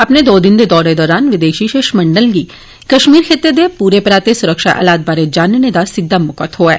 अपने दो दिने दे दौरे दौरान विदेशी शिष्टमंडल गी कश्मीर खित्ते दे पूरे पराते सुरक्षा हालात बारे जानने दा सिद्दा मौका थ्होआ ऐ